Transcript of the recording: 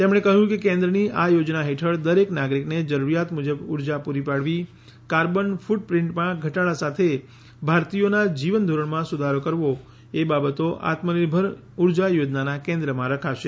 તેમણે કહ્યું કે કેન્દ્રની આ યોજના હેઠળ દરેક નાગરીકને જરૂરીયાત મુજબ ઉર્જા પૂરી પાડવી કાર્બન ફ્રટ પ્રિન્ટમાં ઘટાડા સાથે ભારતીયોના જીવનધોરણમાં સુધારો કરવો એ બાબતો આત્મનિર્ભર ઉર્જા યોજનાના કેન્દ્રમાં રખાશે